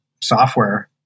software